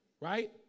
Right